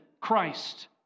Christ